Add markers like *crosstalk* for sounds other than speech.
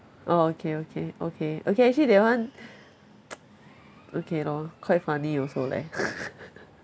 orh okay okay okay okay actually that one *noise* okay lor quite funny also leh *laughs*